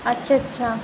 अच्छा अच्छा